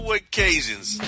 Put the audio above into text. occasions